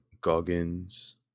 goggins